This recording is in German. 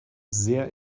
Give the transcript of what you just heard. sehr